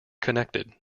connected